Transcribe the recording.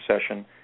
session